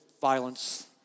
violence